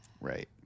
Right